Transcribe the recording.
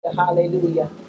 Hallelujah